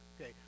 okay